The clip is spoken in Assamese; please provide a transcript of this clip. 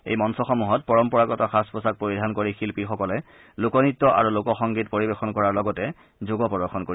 এই মঞ্চসমূহত পৰম্পৰাগত সাজ পোছাক পৰিধান কৰি শিল্পীসকলে লোকনৃত্য আৰু লোকসংগীত পৰিৱেশন কৰাৰ লগতে যোগ প্ৰদৰ্শন কৰিব